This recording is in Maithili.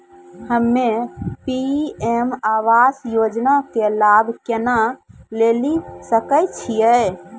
हम्मे पी.एम आवास योजना के लाभ केना लेली सकै छियै?